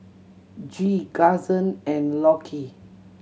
Gee Karson and Lockie